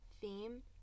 theme